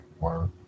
work